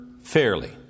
fairly